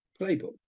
playbook